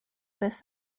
this